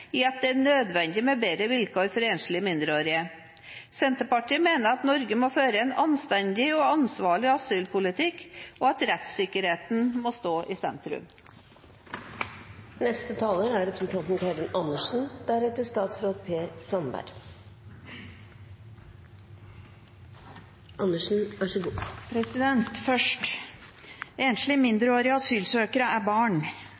i at det er nødvendig med bedre vilkår for enslige mindreårige. Senterpartiet mener at Norge må føre en anstendig og ansvarlig asylpolitikk, og at rettssikkerheten må stå i sentrum. Først: Enslige mindreårige asylsøkere er barn.